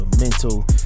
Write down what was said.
mental